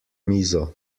mizo